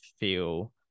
feel